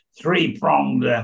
three-pronged